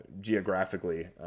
geographically